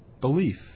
belief